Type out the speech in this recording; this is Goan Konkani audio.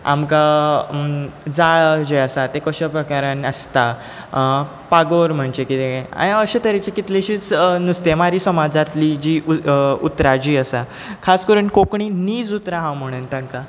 आमकां जाळ जें आसा तें कश्या प्रकारान आसता पागोर म्हणचे कितें आनी अशा तरेचे कितलेशेच नुस्तेमारी समाजांतली जी उल उतरां जीं आसा खास करून कोंकणी नीज उतरां हांव म्हणन तांकां